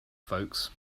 folks